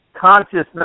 consciousness